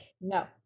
No